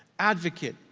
advocate,